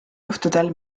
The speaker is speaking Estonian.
juhtudel